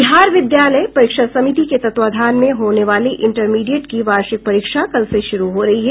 बिहार विद्यालय परीक्षा समिति के तत्वावधान में होने वाली इंटरमीडिएट की वार्षिक परीक्षा कल से शुरू हो रही है